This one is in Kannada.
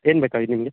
ಏನು ಬೇಕಾಗಿದೆ ನಿಮಗೆ